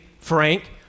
Frank